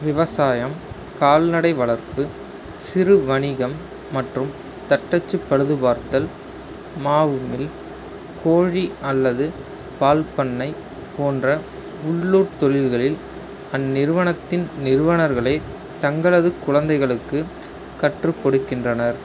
விவசாயம் கால்நடை வளர்ப்பு சிறு வணிகம் மற்றும் தட்டச்சு பழுது பார்த்தல் மாவு மில் கோழி அல்லது பால் பண்ணை போன்ற உள்ளூர்த் தொழில்களில் அந்நிறுவனத்தின் நிறுவனர்களே தங்களது குழந்தைகளுக்குக் கற்றுக் கொடுக்கின்றனர்